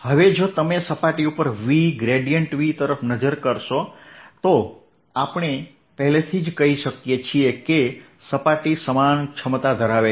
હવે જો તમે સપાટી ઉપર V ગ્રેડીયેંટ V તરફ નજર કરશો તો આપણે પહેલેથી જ કહી શકીએ છીએ કે સપાટી સમાન ક્ષમતા ધરાવે છે